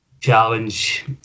challenge